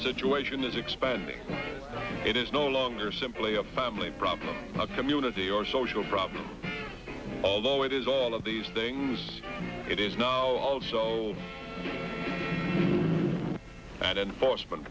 situation is expanding it is no longer simply a family problem a community or social problem although it is all of these things is now also an enforcement